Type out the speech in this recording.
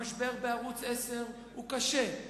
המשבר בערוץ-10 קשה.